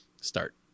start